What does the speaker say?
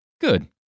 Good